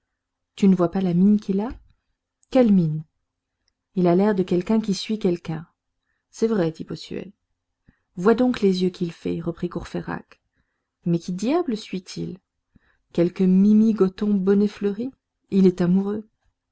tu ne vois donc pas la mine qu'il a quelle mine il a l'air de quelqu'un qui suit quelqu'un c'est vrai dit bossuet vois donc les yeux qu'il fait reprit courfeyrac mais qui diable suit il quelque mimi goton bonnet fleuri il est amoureux